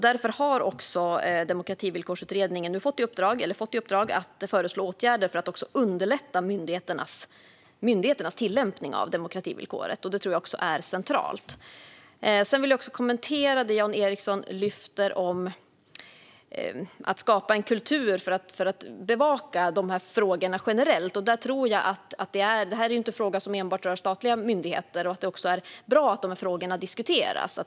Därför har Demokrativillkorsutredningen fått i uppdrag att föreslå åtgärder för att underlätta myndigheternas tillämpning av demokrativillkoret, något som jag tror är centralt. Jag vill också kommentera det som Jan Ericson lyfter upp om att skapa en kultur för att bevaka de här frågorna generellt. Detta är ju inte en fråga som enbart rör statliga myndigheter, och det är bra att frågorna diskuteras.